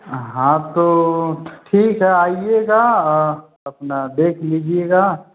हाँ तो ठीक है आइएगा हाँ अपना देख लीजिएगा